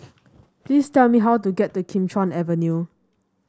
please tell me how to get to Kim Chuan Avenue